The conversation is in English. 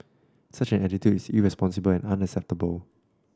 such an attitude is irresponsible and unacceptable